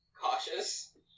cautious